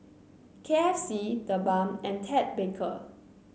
K F C TheBalm and Ted Baker